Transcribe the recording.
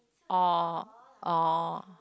oh oh